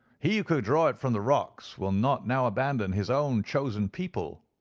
he who could draw it from the rocks will not now abandon his own chosen people.